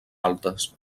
altes